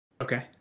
Okay